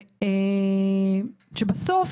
בסוף,